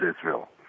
Israel